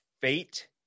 fate